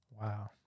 Wow